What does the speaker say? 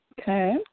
Okay